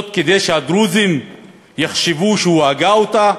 כדי שהדרוזים יחשבו שהוא הגה אותה?